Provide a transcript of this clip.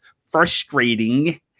frustrating